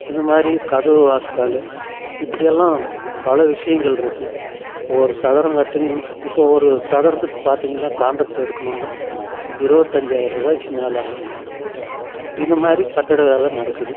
இந்தமாதிரி கதவு வாசக்காலு இப்படியெல்லாம் பல விஷயங்கள் இருக்குது ஒரு சதுரம் கட்டிங் இப்போது ஒரு சதுரத்துக்கு பார்த்திங்கனா கான்ட்ராக்ட் எடுக்கணுன்னா இருபத்தஞ்சாயருவாய்க்கி மேலே ஆகுதுங்க இந்த மாதிரி கட்டிட வேலை நடக்குது